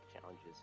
challenges